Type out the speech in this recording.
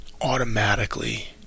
automatically